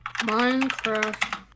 Minecraft